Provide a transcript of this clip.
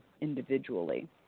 individually